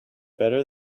better